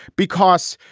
because,